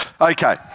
Okay